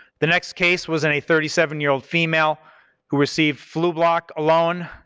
the next case was and a thirty seven year old female who received flublok alone,